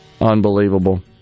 Unbelievable